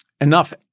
enough